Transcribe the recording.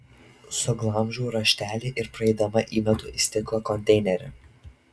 suglamžau raštelį ir praeidama įmetu į stiklo konteinerį